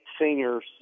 seniors